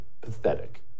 pathetic